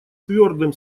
твердым